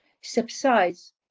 subsides